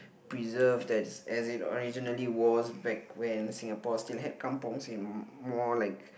preserved as as it originally was back when Singapore still had kampongs in more like